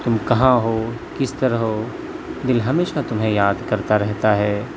تم کہاں ہو کس طرح ہو دل ہمیشہ تمہیں یاد کرتا رہتا ہے